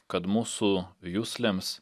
kad mūsų juslėms